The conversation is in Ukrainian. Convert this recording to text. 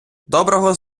доброго